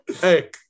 Hey